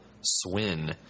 Swin